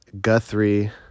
Guthrie